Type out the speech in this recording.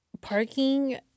parking